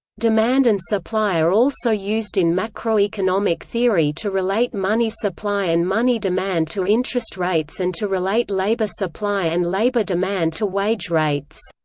demand and supply are also used in macroeconomic theory to relate money supply and money demand to interest rates and to relate labor supply and labor demand to wage rates.